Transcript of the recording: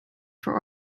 for